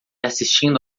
assistindo